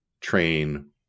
train